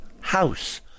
house